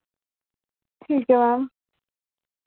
ठीक ऐ मैम